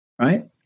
Right